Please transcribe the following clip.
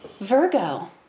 Virgo